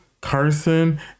Carson